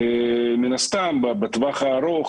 מן הסתם בטווח הארוך